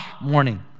morning